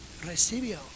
recibió